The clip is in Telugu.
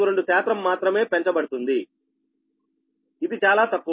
42 శాతం మాత్రమే పెంచుతుందిఇది చాలా తక్కువ